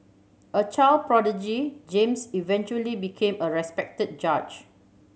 a child prodigy James eventually became a respected judge